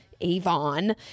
Avon